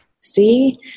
see